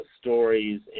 stories